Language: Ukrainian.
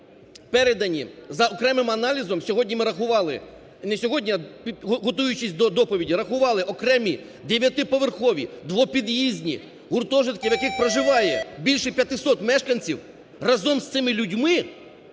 передані за окремим аналізом, сьогодні ми рахували, не сьогодні, а готуючись до доповіді, рахували окремі 9-поверхові, 2-під'їзні гуртожитки, в яких проживає більше 500 мешканців. Разом з цими людьми